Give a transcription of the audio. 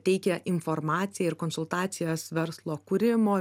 teikia informaciją ir konsultacijas verslo kūrimo